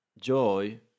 joy